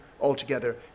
altogether